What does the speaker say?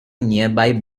nearby